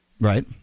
Right